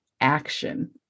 action